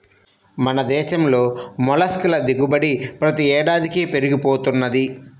మన దేశంలో మొల్లస్క్ ల దిగుబడి ప్రతి ఏడాదికీ పెరిగి పోతున్నది